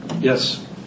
Yes